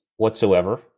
whatsoever